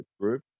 group